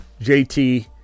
JT